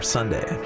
Sunday